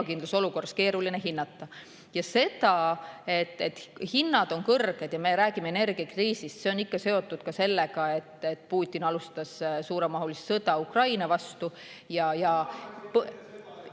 See, et hinnad on kõrged ja me räägime energiakriisist, on ikka seotud ka sellega, et Putin alustas suuremahulist sõda Ukraina vastu.